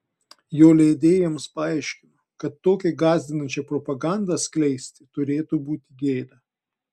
jo leidėjams paaiškino kad tokią gąsdinančią propagandą skleisti turėtų būti gėda